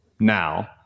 now